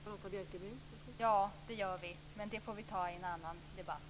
Fru talman! Ja, det gör vi. Men det får vi ta i en annan debatt.